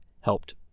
helped